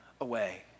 away